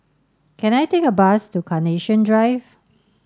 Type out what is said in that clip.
can I take a bus to Carnation Drive